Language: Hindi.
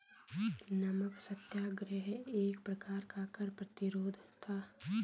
नमक सत्याग्रह एक प्रकार का कर प्रतिरोध था